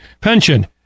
pension